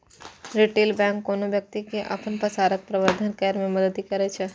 retail bank कोनो व्यक्ति के अपन पैसाक प्रबंधन करै मे मदति करै छै